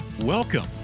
welcome